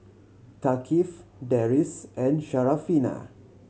Thaqif Deris and Syarafina